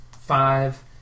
five